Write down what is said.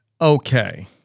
Okay